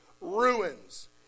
ruins